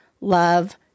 love